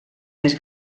més